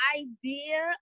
idea